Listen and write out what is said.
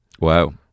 Wow